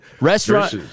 restaurant